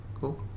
Cool